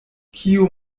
kiu